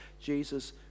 Jesus